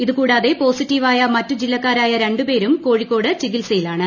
ഇതുകൂടാതെ പോസിറ്റീവായ മറ്റു ജില്ലക്കാരായ രണ്ടു പേരും കോഴിക്കോട് ചികിത്സയിലാണ്